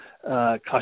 cost